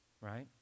right